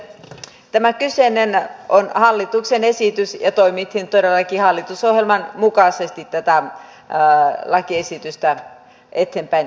tämä kyseinen on hallituksen esitys ja toimittiin todellakin hallitusohjelman mukaisesti tätä lakiesitystä eteenpäin vietäessä